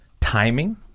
timing